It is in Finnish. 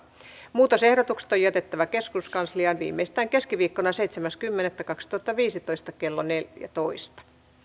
muutosehdotukset on jätettävä keskuskansliaan viimeistään keskiviikkona seitsemäs kymmenettä kaksituhattaviisitoista kello neljätoista